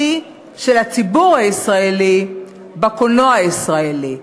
של הציבור הישראלי בקולנוע הישראלי.